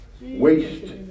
Waste